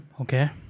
okay